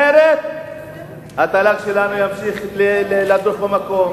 אחרת התל"ג שלנו ימשיך לדרוך במקום